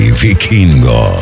vikingo